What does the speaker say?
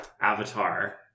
avatar